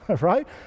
right